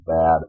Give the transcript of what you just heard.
bad